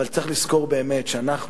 אבל צריך לזכור באמת שאנחנו,